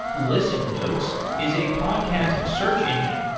listen notes is a podcast search engine.